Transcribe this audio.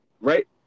Right